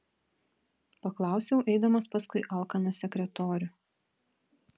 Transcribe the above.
paklausiau eidamas paskui alkaną sekretorių